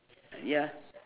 ya